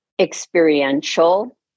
experiential